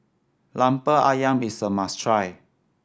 Lemper Ayam is a must try